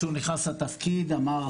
כשהוא נכנס לתפקיד אמר,